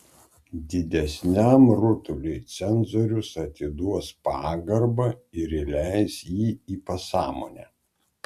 didesniam rutuliui cenzorius atiduos pagarbą ir įleis jį į pasąmonę